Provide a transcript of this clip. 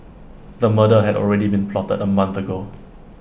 the murder had already been plotted A month ago